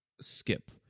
skip